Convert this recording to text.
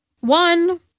One